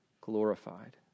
glorified